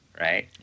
right